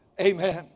amen